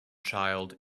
child